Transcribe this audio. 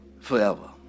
forever